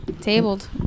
Tabled